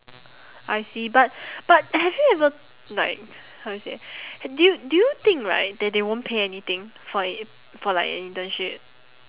I see but but have you ever like how do you say do you do you think right that they won't pay anything for for like an internship